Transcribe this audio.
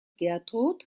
gertrud